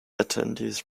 attendees